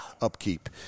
Upkeep